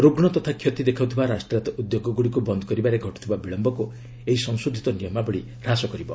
ରୁଗ୍ଶ ତଥା କ୍ଷତି ଦେଖାଉଥିବା ରାଷ୍ଟ୍ରାୟତ୍ତ ଉଦ୍ୟୋଗଗୁଡ଼ିକୁ ବନ୍ଦ୍ କରିବାରେ ଘଟୁଥିବା ବିଳୟକୁ ଏହି ସଂଶୋଧିତ ନିୟମାବଳୀ ହ୍ରାସ କରିବ